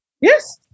yes